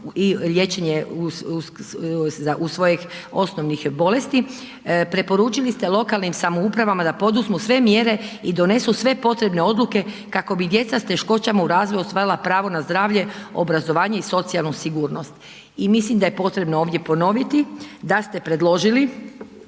i liječenje u svojih osobnih bolesti, preporučili ste lokalnim samoupravama da poduzmu sve mjere i donesu sve potrebne odluke kako bi djeca sa teškoćama u razvoju ostvarila pravo na zdravlje, obrazovanje i socijalnu sigurnost. I mislim da je potrebno ovdje ponoviti da ste predložili